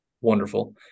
wonderful